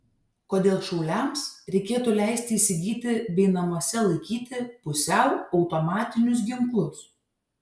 kodėl šauliams reikėtų leisti įsigyti bei namuose laikyti pusiau automatinius ginklus